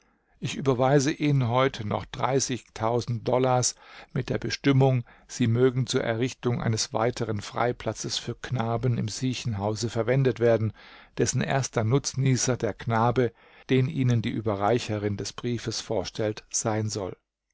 ich überweise ihnen heute noch dollars mit der bestimmung sie mögen zur errichtung eines weiteren freiplatzes für knaben im siechenhause verwendet werden dessen erster nutznießer der knabe den ihnen die überreicherin dieses briefes vorstellt sein soll